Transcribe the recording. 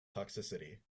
toxicity